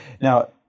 Now